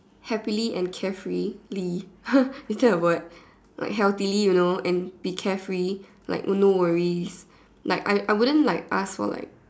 happily and carefreely is that a word like healthily you know and be carefree like no worries like I I wouldn't like ask for like